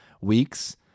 weeks